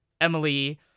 Emily